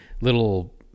little